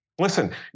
Listen